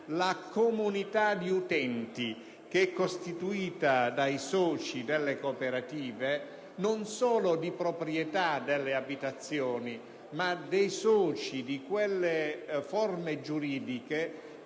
la comunità di utenti costituita dai soci delle cooperative non solo di proprietà delle abitazioni, ma dei soci di quelle forme giuridiche